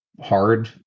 hard